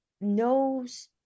knows